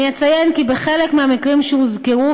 אני אציין כי בחלק מהמקרים שהוזכרו,